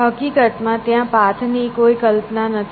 હકીકતમાં ત્યાં પાથ ની કોઈ કલ્પના નથી